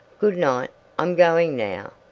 good-night i'm going now.